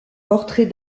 portraits